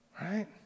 Right